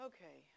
Okay